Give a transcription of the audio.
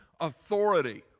authority